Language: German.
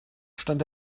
stand